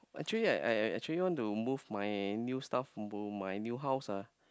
actually I I I actually want to move my new stuff into my new house ah